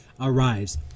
arrives